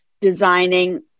designing